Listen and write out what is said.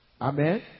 Amen